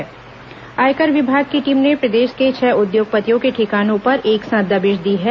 आयकर छापा आयकर विभाग की टीम ने प्रदेश के छह उद्योगपतियों के ठिकानों पर एक साथ दबिश दी है